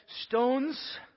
stones